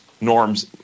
norms